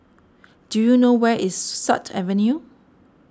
do you know where is Sut Avenue